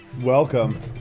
Welcome